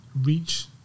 reach